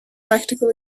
practical